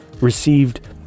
received